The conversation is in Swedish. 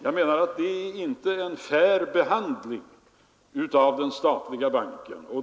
Jag menar att det inte är en fair behandling av den statliga banken.